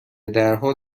درها